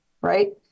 right